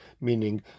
meaning